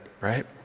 right